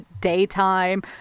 daytime